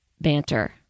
banter